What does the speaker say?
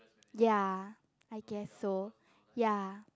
ya I guess so ya